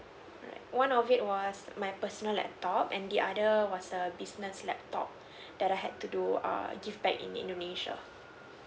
alright one of it was my personal laptop and the other was a business laptop that I had to do err give back in indonesia